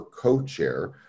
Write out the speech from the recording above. co-chair